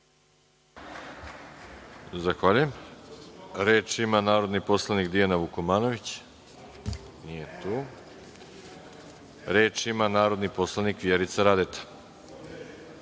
Zahvaljujem. Reč ima narodni poslanik Dijana Vukomanović. (Nije tu.)Reč ima narodni poslanik Vjerica Radeta.